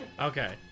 Okay